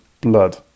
blood